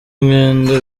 umwenda